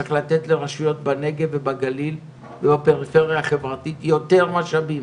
צריך לתת לרשויות בנגב ובגליל ובפריפריה החברתית יותר משאבים,